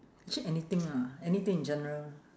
actually anything lah anything in general